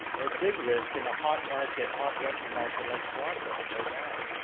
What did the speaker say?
or big risk in a hot market, hot rental market like toronto right now?